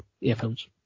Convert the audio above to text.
earphones